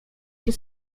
się